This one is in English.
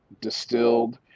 distilled